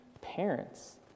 parents